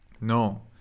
No